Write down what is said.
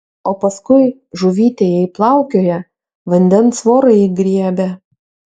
o paskui žuvytė jei plaukioja vandens vorai griebia